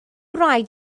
rhaid